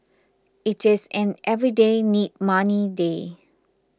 it is an everyday need money day